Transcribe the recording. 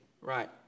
Right